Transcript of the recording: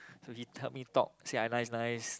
so he help me talk say I nice nice